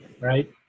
right